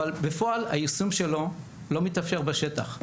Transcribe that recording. אבל בפועל היישום שלו לא מתאפשר בשטח,